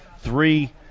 three